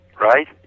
right